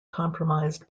compromised